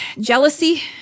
jealousy